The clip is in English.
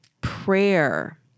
prayer